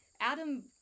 adam